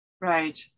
Right